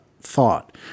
thought